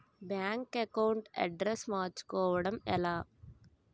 Bank account address మార్చుకోవడం ఎలా?